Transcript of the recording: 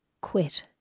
quit